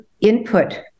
input